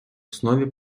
основі